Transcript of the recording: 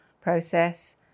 process